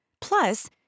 plus